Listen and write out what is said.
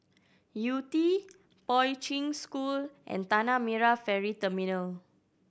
Yew Tee Poi Ching School and Tanah Merah Ferry Terminal